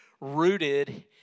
rooted